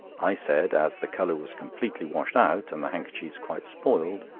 i said, as the colour was completely washed out and the handkerchiefs quite spoiled,